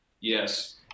Yes